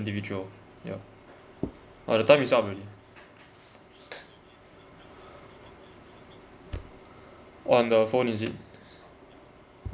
T_V twelve yeah oh the time is up already on the phone is it